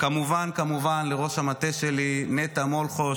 כמובן כמובן לראש המטה שלי נטע מולכו,